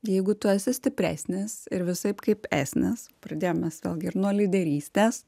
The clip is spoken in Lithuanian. jeigu tu esi stipresnis ir visaip kaip esnis pradėjom mes vėlgi ir nuo lyderystės